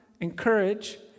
encourage